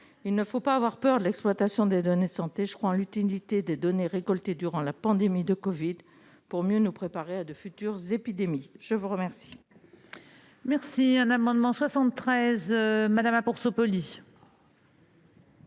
Il ne faut pas avoir peur de l'exploitation des données de santé : je crois en l'utilité des données recueillies durant la pandémie de covid-19 pour mieux nous préparer à de futures épidémies. L'amendement